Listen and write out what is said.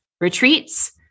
retreats